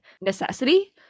necessity